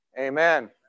Amen